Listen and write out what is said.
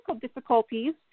difficulties